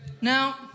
Now